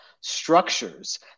structures